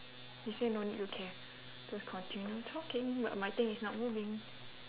you say no need to care just continue talking but my thing is not moving